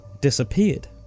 disappeared